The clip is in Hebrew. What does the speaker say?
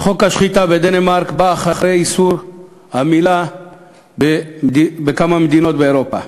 חוק השחיטה בדנמרק בא אחרי איסור מילה בכמה מדינות באירופה.